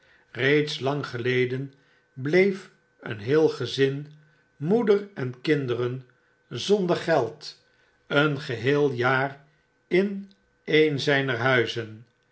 reeds lang geleden bleef een heel gezin moeder en kinderen zonder geld een geheel jaar in een zyner huizen